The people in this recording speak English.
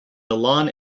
milan